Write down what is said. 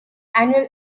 annual